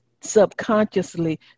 subconsciously